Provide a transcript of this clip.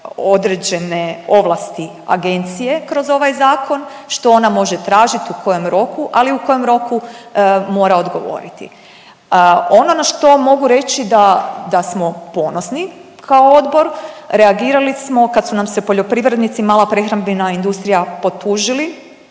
određene ovlasti agencije kroz ovaj zakon što ona može tražit u kojem roku, ali u kojem roku mora odgovoriti. Ono na što mogu reći da smo ponosni kao odbor reagirali smo kad su nam se poljoprivrednici, mala prehrambena industrija potužili